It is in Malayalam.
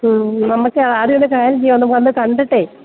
മ് നമുക്ക് ആദ്യമൊരു കാര്യം ചെയ്യാം ഒന്നു വന്നു കണ്ടിട്ട്